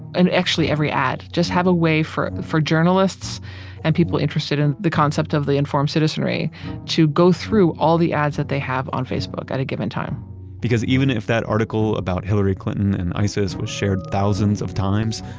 and actually every ad, just have a way for for journalists and people interested in the concept of the informed citizenry to go through all the ads that they have on facebook at a given time because even if that article about hillary clinton and isis was shared thousands of times,